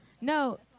No